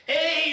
Hey